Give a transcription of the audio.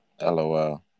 LOL